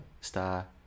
Star